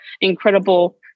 incredible